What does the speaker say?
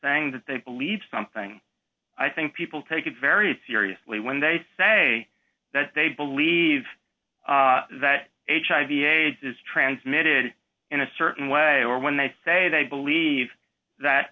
thing that they believe something i think people take it very seriously when they say that they believe that hiv aids is transmitted in a certain way or when they say they believe that